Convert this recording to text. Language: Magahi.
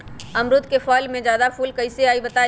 अमरुद क फल म जादा फूल कईसे आई बताई?